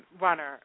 runner